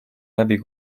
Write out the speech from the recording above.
läbi